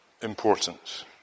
Important